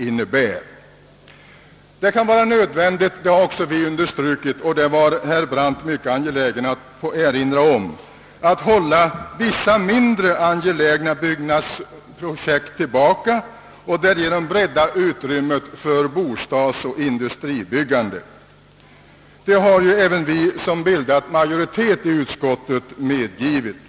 Att det kan vara nödvändigt att hålla vissa mindre angelägna byggnadsobjekt tillbaka och därigenom bredda utrymmet för bostadsoch industribyggande har även vi som bildat majoritet i utskottet medgivit.